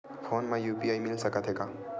Phone मा UPI मिल सकत हे का?